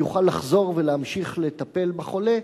יוכל לחזור ולהמשיך לטפל בחולה,